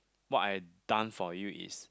what I done for you is